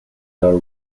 are